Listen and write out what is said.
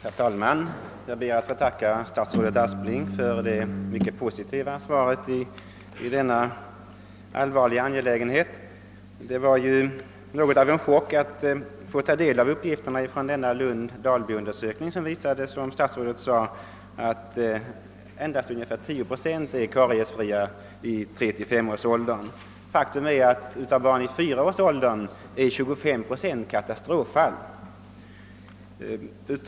Herr talman! Jag ber att få tacka statsrådet Aspling för det mycket positiva svaret i denna allvarliga angelägenhet. Det var något av en chock att ta del av uppgifterna från Lund-Dalbyundersökningen vilken, såsom statsrådet sade, visade att endast ungefär 10 procent av barnen i 3—5-årsåldern är kariesfria. Faktum är att 25 procent av barnen i 4-årsåldern är katastroffall!